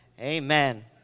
Amen